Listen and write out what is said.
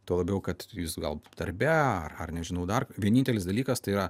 tuo labiau kad jūs gal darbe ar nežinau dar vienintelis dalykas tai yra